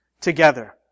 together